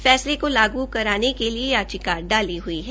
फैसले को लागू कराने के लिए याचिका डाली हुई है